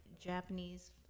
Japanese